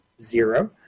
zero